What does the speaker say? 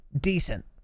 decent